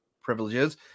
privileges